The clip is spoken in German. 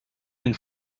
den